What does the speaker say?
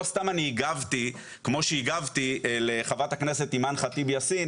לא סתם אני הגבתי כמו שהגבתי לחברת הכנסת אימאן ח'טיב יאסין,